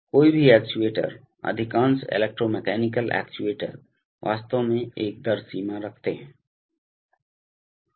कोई भी एक्चुएटर अधिकांश इलेक्ट्रोमैकेनिकल एक्चुएटर वास्तव में एक दर सीमा रखते हैं